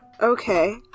Okay